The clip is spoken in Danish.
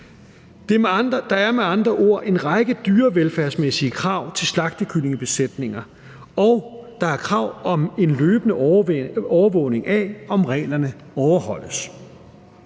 Der er med andre ord en række dyrevelfærdsmæssige krav til slagtekyllingebesætninger, og der er krav om en løbende overvågning af, om reglerne overholdes.